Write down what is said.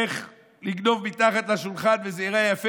איך לגנוב מתחת לשולחן וזה ייראה יפה,